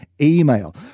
email